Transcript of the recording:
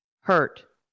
hurt